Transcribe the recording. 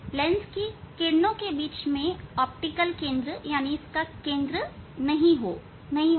lens की किरणों के बीच का ऑप्टिकल केंद्र इसका केंद्र न हो